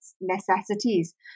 necessities